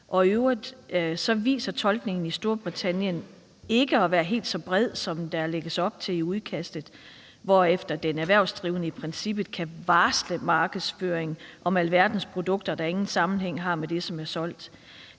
sig i øvrigt, at det i Storbritannien ikke fortolkes helt så bredt, som der lægges op til i udkastet, hvorefter den erhvervsdrivende i princippet kan varsle markedsføring om alverdens produkter, der ikke har nogen sammenhæng med det, som er solgt.